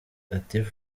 latif